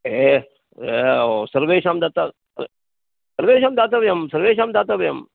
ए सर्वेषां सर्वेषां दातव्यं सर्वेषां दातव्यम्